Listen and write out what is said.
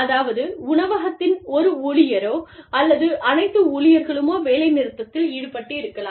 அதாவது உணவகத்தின் ஒரு ஊழியரோ அல்லது அனைத்து ஊழியர்களுமோ வேலைநிறுத்தத்தில் ஈடுபட்டிருக்கலாம்